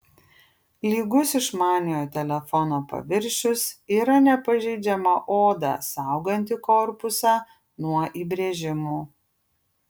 lygus išmaniojo telefono paviršius yra nepažeidžiama oda sauganti korpusą nuo įbrėžimų